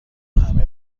همه